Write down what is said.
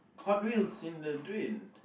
Hot Wheels in the drain